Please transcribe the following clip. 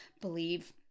believe